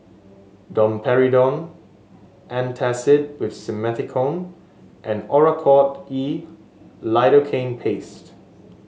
Domperidone Antacid with Simethicone and Oracort E Lidocaine Paste